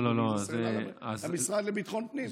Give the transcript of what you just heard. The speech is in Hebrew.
אלא שאלה למשרד לביטחון הפנים.